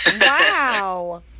wow